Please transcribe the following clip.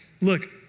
look